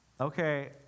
Okay